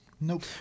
nope